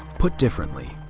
put differently,